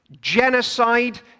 genocide